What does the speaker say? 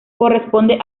corresponde